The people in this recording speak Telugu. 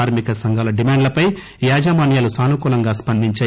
కార్మిక సంఘాల డిమాండ్లపై యాజమాన్యాలు సానుకూలంగా స్పందించాయి